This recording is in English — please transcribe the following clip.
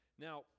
Now